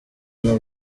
n’u